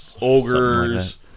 Ogres